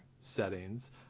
settings